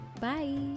Bye